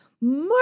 more